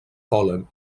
pol·len